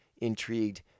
intrigued